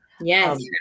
Yes